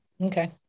Okay